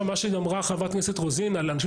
מה שאמרה חברת הכנסת רוזין על האנשים